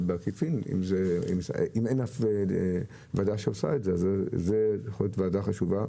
אבל בעקיפין אם אין אף וועדה שעושה את זה זו יכולה להיות וועדה חשובה